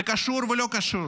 זה קשור ולא קשור.